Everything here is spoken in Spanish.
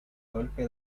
golpe